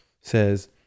says